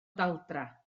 daldra